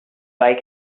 like